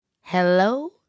Hello